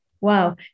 wow